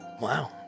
Wow